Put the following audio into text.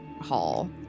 hall